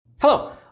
Hello